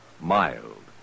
mild